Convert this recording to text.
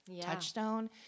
touchstone